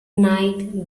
night